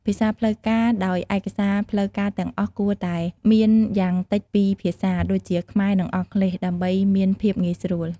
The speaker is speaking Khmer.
ភាសាផ្លូវការដោយឯកសារផ្លូវការទាំងអស់គួរតែមានយ៉ាងតិចពីរភាសា ដូចជាខ្មែរ និងអង់គ្លេស ដើម្បីមានភាពងាយស្រួល។